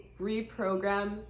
reprogram